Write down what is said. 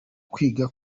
kwiga